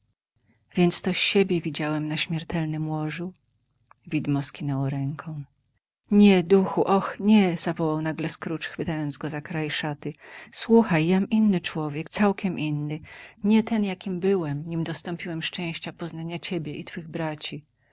więc to siebie widziałem na śmiertelnem łożu widmo skinęło ręką nie duchu och nie zawołał nagle scrooge chwytając go za kraj szaty słuchaj jam inny człowiek całkiem inny nie ten jakim byłem nim dostąpiłem szczęścia poznania ciebie i twych braci